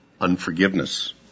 unforgiveness